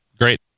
Great